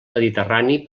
mediterrani